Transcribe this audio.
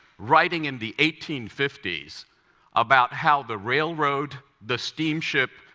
writing in the eighteen fifty s about how the railroad, the steam ship,